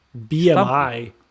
BMI